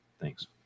Thanks